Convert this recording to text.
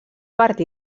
part